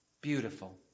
beautiful